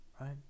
right